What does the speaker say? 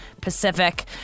Pacific